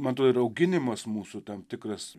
man atrodo ir auginimas mūsų tam tikras